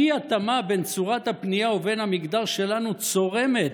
האי-התאמה בין צורת הפנייה ובין המגדר שלנו צורמת,